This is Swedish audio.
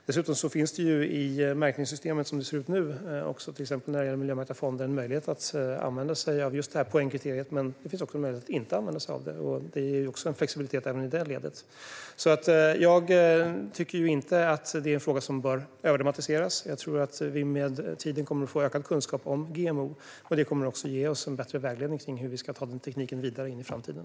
Dessutom finns det i märkningssystemet, som det ser ut nu, också när det gäller miljömärkta fonder möjlighet att använda sig av just poängkriteriet. Men det finns också möjlighet att inte använda sig av det. Det ger en flexibilitet även i det ledet. Jag tycker alltså inte att det är en fråga som bör överdramatiseras. Jag tror att vi med tiden kommer att få ökad kunskap om GMO. Det kommer också att ge oss bättre vägledning för hur vi ska ta den tekniken vidare in i framtiden.